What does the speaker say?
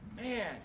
Man